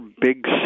big